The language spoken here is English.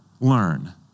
learn